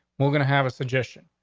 we're gonna have a suggestion.